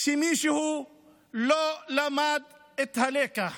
שמישהו לא למד את הלקח,